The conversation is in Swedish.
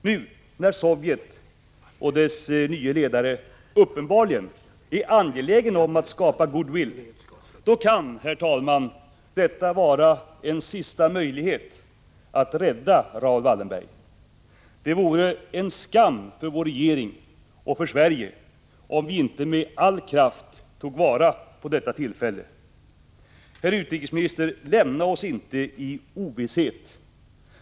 När nu Sovjet och dess nye ledare uppenbarligen är angelägna om att skapa good will kan detta, herr talman, vara en sista möjlighet att rädda Raoul Wallenberg. Det vore en skam för vår regering och för Sverige om vi inte med all kraft tog vara på detta tillfälle. Herr utrikesminister! Lämna oss inte i ovisshet!